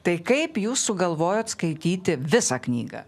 tai kaip jūs sugalvojot skaityti visą knygą